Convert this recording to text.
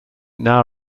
now